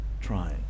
trying